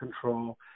control